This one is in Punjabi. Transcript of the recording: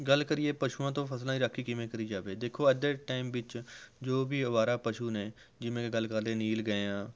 ਗੱਲ ਕਰੀਏ ਪਸ਼ੂਆਂ ਤੋਂ ਫਸਲਾਂ ਦੀ ਰਾਖੀ ਕਿਵੇਂ ਕਰੀ ਜਾਵੇ ਦੇਖੋ ਅੱਜ ਦੇ ਟਾਈਮ ਵਿੱਚ ਜੋ ਵੀ ਅਵਾਰਾ ਪਸ਼ੂ ਨੇ ਜਿਵੇਂ ਕਿ ਗੱਲ ਕਰ ਲਈਏ ਨੀਲ ਗਊਆਂ